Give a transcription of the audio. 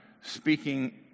speaking